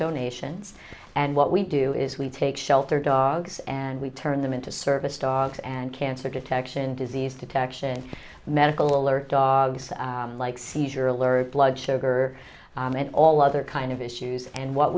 donations and what we do is we take shelter dogs and we turn them into service dogs and cancer detection disease detection medical alert dogs like seizure alert blood sugar and all other kind of issues and what